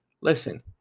Listen